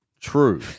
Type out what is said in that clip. true